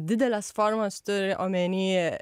dideles formas turi omeny